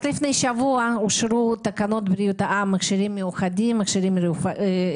רק לפני שבוע אושרו תקנות בריאות העם (מכשירים רפואיים מיוחדים).